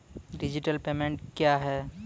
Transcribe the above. Digital payment क्या हैं?